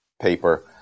paper